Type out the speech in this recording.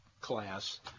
class